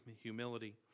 humility